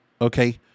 okay